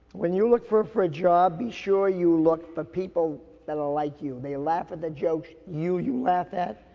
when you look for a, for a job, be sure you look for people that are like you. they laugh at the jokes you, you laugh at.